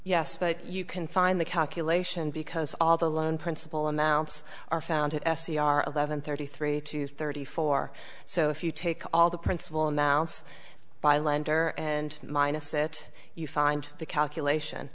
yes but you can find the calculation because all the loan principal amounts are found at s t r eleven thirty three thirty four so if you take all the principal amounts by lender and minus it you find the calculation